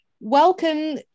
welcome